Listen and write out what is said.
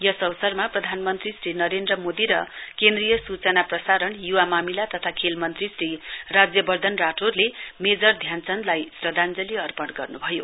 यस अवसरमा प्रधानमन्त्री श्री नरेन्द्र मोदी र केन्द्रीय सूचना प्रसारण युवा मामिला तथा खेल मन्त्री श्री राज्यवर्धन राठोरले मेजर ध्यानचन्दलाई श्रध्दाञ्जलि अर्पण गर्न्भयो